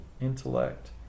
Intellect